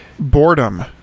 Boredom